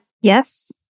Yes